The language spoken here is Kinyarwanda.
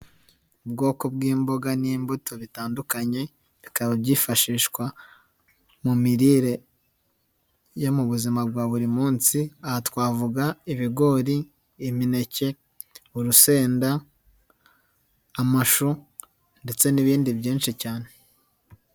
Ubwoko bw'imboga n'imbuto bitandukanye, bikaba byifashishwa mu mirire yo mu buzima bwa buri munsi, aha twavuga: ibigori, imineke, urusenda, amashu ndetse n'ibindi byinshi cyane.